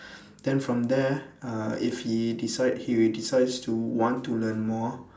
then from there uh if he decide he decides to want to learn more